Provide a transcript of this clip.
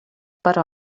per